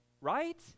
right